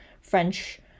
French